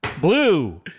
Blue